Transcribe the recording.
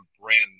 brand